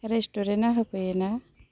रेस्टुरेन्टआ होफैयो ना